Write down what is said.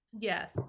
Yes